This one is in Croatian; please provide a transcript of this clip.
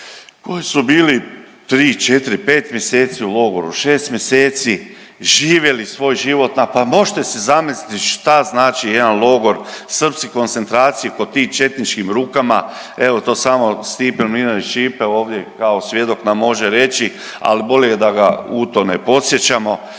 koji su bili tri, četri, pet mjeseci u logu, šest mjeseci živjeli svoj život. Pa mošte si zamisliti šta znači jedan logor srpske koncentracije pod tim četničkim rukama, evo to samo Stipe Mlinarić Ćipe ovdje kao svjedok nam može reći, ali bolje da ga u to ne podsjećamo.